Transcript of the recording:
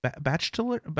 bachelor